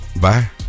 Bye